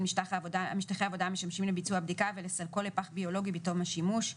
משטחי העבודה המשמשים לביצוע הבדיקה ולסלקו לפח ביולוגי בתום השימוש,